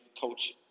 coach